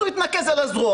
אז הוא התנקז על הזרוע,